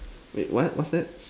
wait what what's that